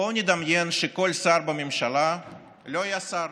בואו נדמיין שכל שר בממשלה לא היה שר